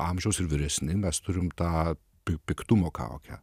amžiaus ir vyresni mes turim tą piktumo kaukę